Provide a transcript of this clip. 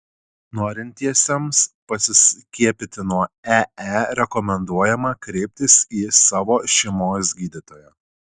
norintiesiems pasiskiepyti nuo ee rekomenduojama kreiptis į savo šeimos gydytoją